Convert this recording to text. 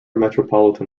metropolitan